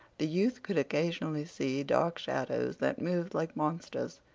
the youth could occasionally see dark shadows that moved like monsters.